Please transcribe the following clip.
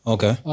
Okay